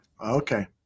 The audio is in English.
Okay